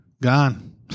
Gone